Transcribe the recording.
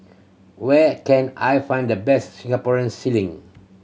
where can I find the best Singaporean ceiling